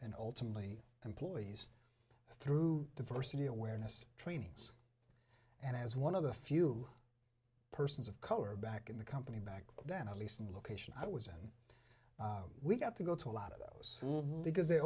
and ultimately employees through diversity awareness training and as one of the few persons of color back in the company back then at least in the location i was in we got to go to a lot of those because they